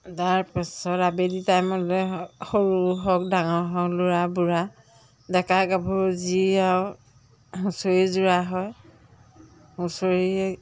তাৰপাছত আবেলি টাইমলে সৰু হওক ডাঙৰ হওক ল'ৰা বুঢ়া ডেকা গাভৰু যি হুঁচৰি যোৰা হয় হুঁচৰিয়ে